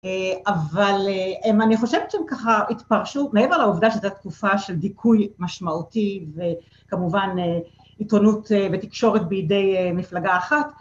אבל אני חושבת שהם ככה התפרשו, מעבר לעובדה שזו תקופה של דיכוי משמעותי וכמובן עיתונות ותקשורת בידי מפלגה אחת